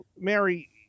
Mary